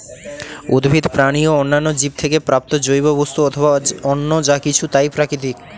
উদ্ভিদ, প্রাণী ও অন্যান্য জীব থেকে প্রাপ্ত জৈব বস্তু অথবা অন্য যা কিছু তাই প্রাকৃতিক